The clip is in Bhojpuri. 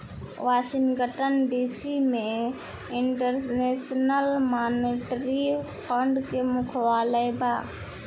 वॉशिंगटन डी.सी में इंटरनेशनल मॉनेटरी फंड के मुख्यालय बा